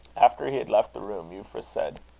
after he had left the room, euphra said